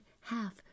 half